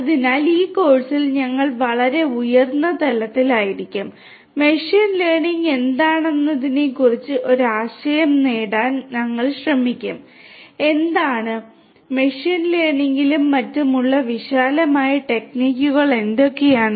അതിനാൽ ഈ കോഴ്സിൽ ഞങ്ങൾ വളരെ ഉയർന്ന തലത്തിലായിരിക്കും മെഷീൻ ലേണിംഗ് എന്താണെന്നതിനെക്കുറിച്ച് ഒരു ആശയം നേടാൻ ഞങ്ങൾ ശ്രമിക്കും എന്താണ് മെഷീൻ ലേണിംഗിലും മറ്റും ഉള്ള വിശാലമായ ടെക്നിക്കുകൾ എന്തൊക്കെയാണ്